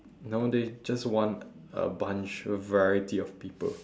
no they just want a bunch a variety of people